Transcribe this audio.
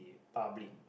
public